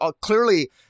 clearly